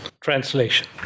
translation